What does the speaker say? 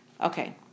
Okay